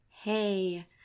Hey